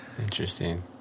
interesting